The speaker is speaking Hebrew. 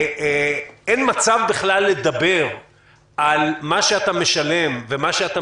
אין מצב בכלל לדבר על מה שאתה משלם ומה שאתה